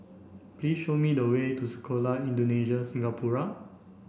please show me the way to Sekolah Indonesia Singapura